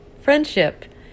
friendship